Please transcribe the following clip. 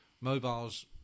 mobiles